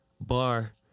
Bar